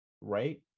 right